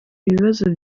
ibibazo